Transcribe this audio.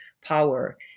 power